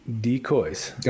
decoys